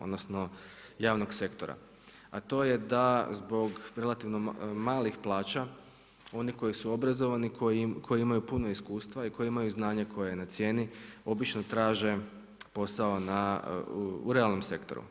Odnosno, javnog sektora, a to je da zbog relativno malih plaća, oni koji su obrazovani, koji imaju puno iskustva i koji imaju znanja koji je na cijeni, obično traže posao na u realnom sektoru.